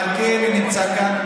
מלכיאלי נמצא כאן,